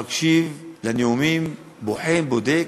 מקשיב לנאומים, בוחן, בודק,